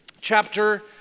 chapter